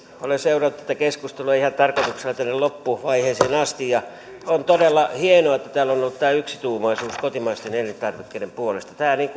olen seurannut tätä keskustelua ihan tarkoituksella tänne loppuvaiheeseen asti ja on todella hienoa että täällä on ollut tämä yksituumaisuus kotimaisten elintarvikkeiden puolesta tämä